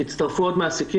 הצטרפו עוד מעסיקים